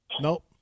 Nope